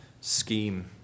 scheme